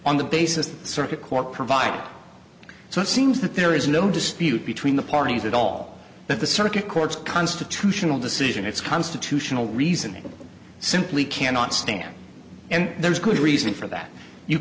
on the basis the circuit court provided so it seems that there is no dispute between the parties at all that the circuit courts constitutional decision it's constitutional reasoning simply cannot stand and there's good reason for that you